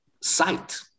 sight